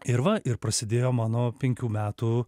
ir va ir prasidėjo mano penkių metų